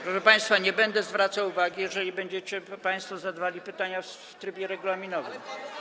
Proszę państwa, nie będę zwracał uwagi, jeżeli będziecie państwo zadawali pytania w trybie regulaminowym.